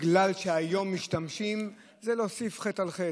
בגלל שהיום משתמשים זה להוסיף חטא על חטא,